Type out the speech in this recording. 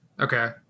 okay